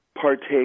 partake